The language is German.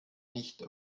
nicht